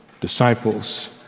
disciples